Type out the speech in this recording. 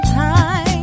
time